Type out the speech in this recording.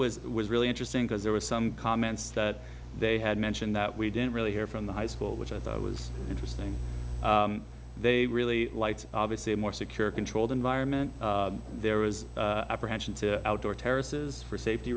was was really interesting because there was some comments that they had mentioned that we didn't really hear from the high school which i thought was interesting they really liked obviously a more secure controlled environment there was apprehension to outdoor terraces for safety